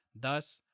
Thus